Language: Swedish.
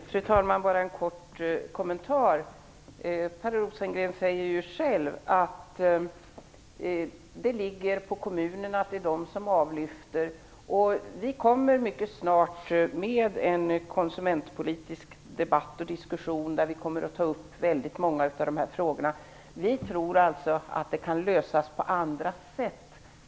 Fru talman! Per Rosengren säger själv att det här ankommer på kommunerna att det är de som bär kostnaden. Vi kommer mycket snart att få en konsumentpolitisk debatt, där vi kommer att ta upp väldigt många av de här frågorna. Vi tror alltså att det här problemet kan lösas på andra sätt.